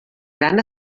gran